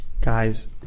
Guys